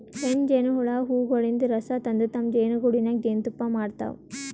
ಹೆಣ್ಣ್ ಜೇನಹುಳ ಹೂವಗೊಳಿನ್ದ್ ರಸ ತಂದ್ ತಮ್ಮ್ ಜೇನಿಗೂಡಿನಾಗ್ ಜೇನ್ತುಪ್ಪಾ ಮಾಡ್ತಾವ್